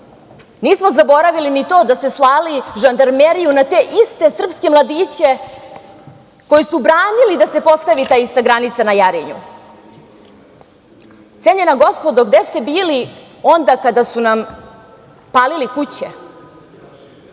Nismo zaboravili ni to da ste slali žandarmeriju na te iste srpske mladiće koji su branili da se postavi ta ista granica na Jarinju. Cenjena gospodo, gde ste bili onda kada su nam palili kuće?